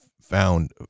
found